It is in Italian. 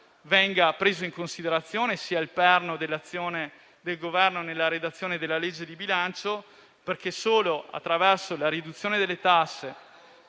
venga preso in considerazione e sia il perno dell'azione del Governo nella redazione della legge di bilancio, perché solo attraverso la riduzione delle tasse